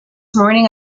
morning